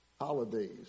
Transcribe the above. holidays